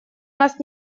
нас